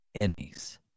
enemies